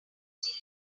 was